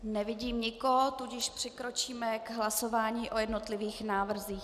Nevidím nikoho, tudíž přikročíme k hlasování o jednotlivých návrzích.